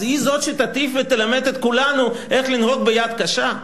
אז היא זו שתטיף ותלמד את כולנו איך לנהוג ביד קשה?